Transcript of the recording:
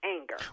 anger